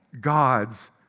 God's